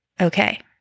Okay